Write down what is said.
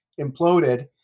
imploded